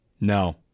No